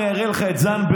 אני אראה לך את זנדברג,